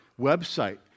website